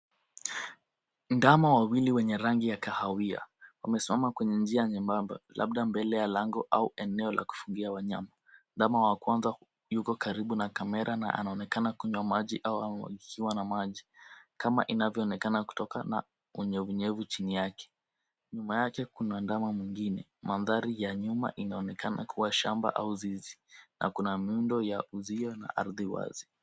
Ndama wawili wenye rangi ya kahawia wamesimama kwenye njia nyembamba, labda mbele ya lango au eneo la kufugia wanyama. Ndama wa kwanza yuko karibu na camera , na anaonekana kunywa maji au amemwagikiwa na maji, kama inavyoonekana kutokana na unyevunyevu chini yake. Nyuma yake kuna ndama mwingine. Mandhari ya nyuma inaonekana kuwa shamba au zizi, na kuna muundo ya uzio na ardhi wazi.